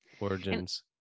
origins